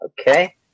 Okay